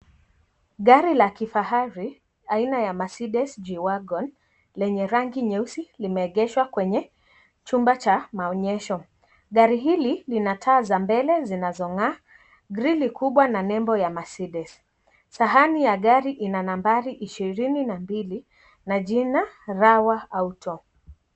Gari ya kifahari aina ya Mercedez G Wagon lenye rangi nyeusi limeegeshwa kwenye chumba cha maegesho, gari hili lina taa za mbele zinazong'aa gridi kubwa na nembo ya Mercedez, sahani ya gari ina nambari ishirini na mbili na jina Rawa Auto